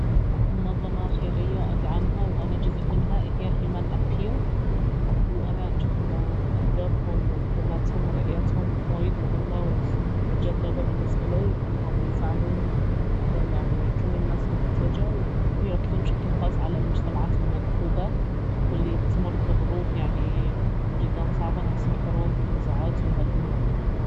منظمة خيرية ادعمها وانا جزء منها اهي هيومان ابيل وانا اجوف انه أهدافهم ومهمتهم ورؤيتهم وايد مهمة وجذابة بالنسبة لي لانهم يساعدون يعني كل الناس المحتاجة ويركزون بشكل خاص على المجتمعات المنكوبة والي تمر في ظروف يعني جدا صعبة نفس الحروب والنزاعات وهالأمور